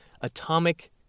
Atomic